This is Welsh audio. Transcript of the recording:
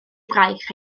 braich